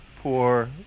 poor